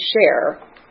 share